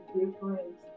different